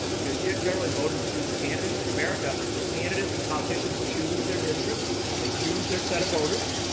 you know yeah generally, voters choose the candidates. in america, the candidates, the politicians, choose their districts. they choose their set of voters.